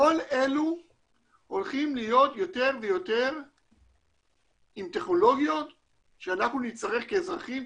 כל אלו הולכים להיות יותר ויותר עם טכנולוגיות שאנחנו נצטרך כאזרחים,